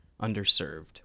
underserved